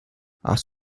hast